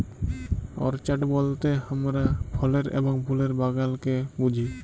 orchard বলতে হামরা ফলের এবং ফুলের বাগালকে বুঝি